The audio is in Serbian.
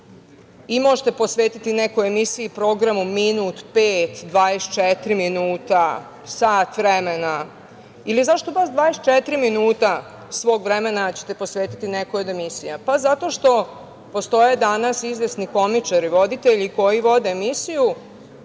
i možete posvetiti nekoj emisiji, programu minut, pet, 24 minuta, sat vremena. Zašto baš 24 minuta svog vremena ćete posvetiti nekoj emisiji? Zato što postoje danas izvesni komičari, voditelji koji vode emisiju